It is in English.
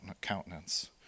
countenance